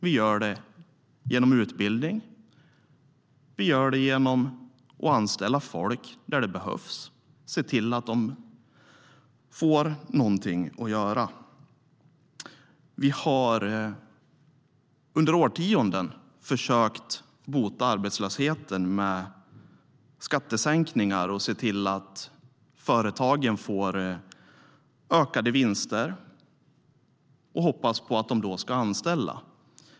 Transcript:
Vi gör det genom utbildning och genom att anställa folk där de behövs - se till att de får någonting att göra. Vi har under årtionden försökt bota arbetslöshet med skattesänkningar och ökade vinster för företagen och hoppats på att de då ska anställa.